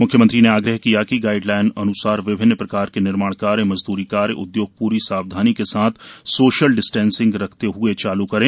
म्ख्यमंत्री ने आग्रह किया कि गाइड लाइन अन्सार विभिन्न प्रकार के निर्माण कार्य मजदूरी कार्य उदयोग पूरी सावधानी के साथ सोशल डिस्टेंसिंग रखते हए चालू करें